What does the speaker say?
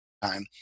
time